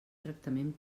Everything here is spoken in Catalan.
tractament